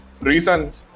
reasons